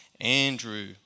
Andrew